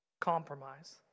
Compromise